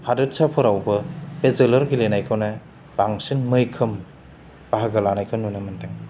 हादोरसाफोरावबो बे जोलुर गेलेनायखौनो बांसिन मैखोम बाहागो लानायखौ नुनो मोनदों